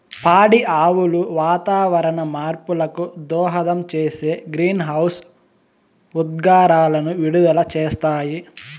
పాడి ఆవులు వాతావరణ మార్పులకు దోహదం చేసే గ్రీన్హౌస్ ఉద్గారాలను విడుదల చేస్తాయి